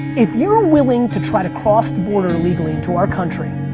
if you're willing to try to cross the border illegally into our country,